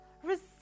Receive